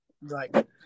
Right